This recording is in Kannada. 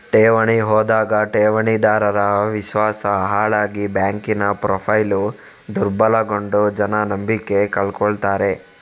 ಠೇವಣಿ ಹೋದಾಗ ಠೇವಣಿದಾರರ ವಿಶ್ವಾಸ ಹಾಳಾಗಿ ಬ್ಯಾಂಕಿನ ಪ್ರೊಫೈಲು ದುರ್ಬಲಗೊಂಡು ಜನ ನಂಬಿಕೆ ಕಳ್ಕೊತಾರೆ